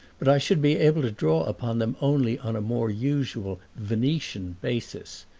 but i should be able to draw upon them only on a more usual venetian basis.